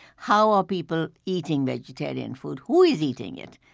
how are people eating vegetarian food? who is eating it?